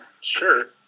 Sure